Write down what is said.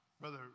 Brother